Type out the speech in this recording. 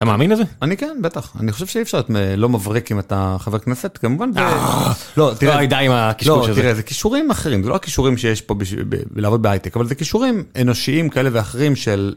אתה מאמין לזה? אני כן בטח. אני חושב שאי אפשר להיות לא מבריק אם אתה חבר הכנסת. כמובן. לא, תראה, לא, די, די עם הקשקוש הזה, לא, תראה, זה כישורים אחרים, זה לא הכישורים שיש פה בלעבוד בהיי טק, אבל זה כישורים אנושיים כאלה ואחרים של...